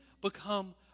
become